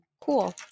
cool